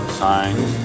signs